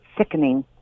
Sickening